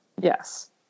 Yes